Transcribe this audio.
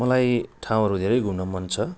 मलाई ठाउँहरू धेरै घुम्न मन छ